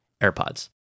airpods